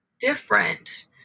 different